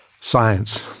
Science